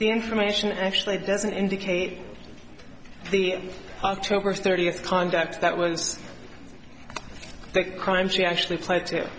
the information actually doesn't indicate the october thirtieth conduct that was crime she actually played to